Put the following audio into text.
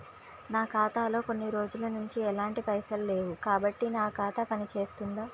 నా ఖాతా లో కొన్ని రోజుల నుంచి ఎలాంటి పైసలు లేవు కాబట్టి నా ఖాతా పని చేస్తుందా?